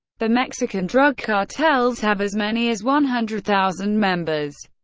the mexican drug cartels have as many as one hundred thousand members.